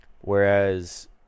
whereas